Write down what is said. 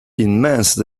immense